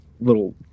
little